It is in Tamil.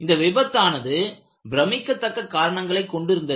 இந்த விபத்து ஆனது பிரமிக்கத்தக்க காரணங்களைக் கொண்டு இருந்தது